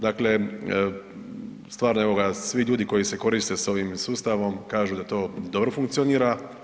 Dakle, stvarno evo ga, svi ljudi koji se koriste s ovim sustavom kažu da to dobro funkcionira.